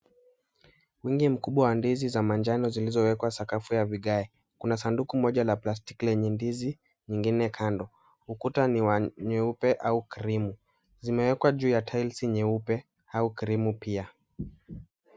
Wingi mkubwa wa ndizi za manjano zilizowekwa sakafu ya vigae. Kuna sanduku moja la plastiki lenye ndizi nyingine kando. Ukuta ni wa nyeupe au krimu. Zimewekwa juu ya tiles nyeupe au krimu pia.